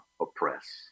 Oppress